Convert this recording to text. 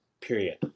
period